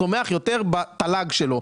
צומח יותר בתל"ג שלו.